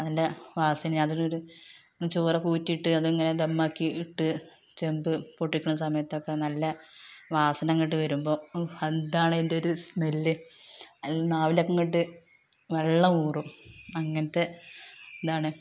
അതിൻ്റെ വാസനയും അതിലൊരു ചോറൊക്കെ ഊറ്റിയിട്ട് അതിങ്ങനെ ദമ്മാക്കി ഇട്ട് ചെമ്പ് പൊട്ടിക്കുന്ന സമയത്തൊക്കെ നല്ല വാസന ഇങ്ങോട്ട് വരുമ്പോള് ഓഹ് എന്താണ് അതിന്റൊരു സ്മെല്ല് നാവിലൊക്കെ അങ്ങട്ട് വെള്ളം ഊറും അങ്ങനത്തെ ഇതാണ്